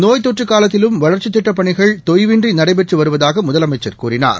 நோய் தொற்றுகாலத்திலும் வளா்ச்சித் திட்டப்பணிகள் தொய்வின்றிநடைபெற்றுவருவதாகமுதலமைச்சர் கூறினார்